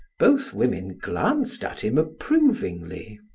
both women glanced at him approvingly.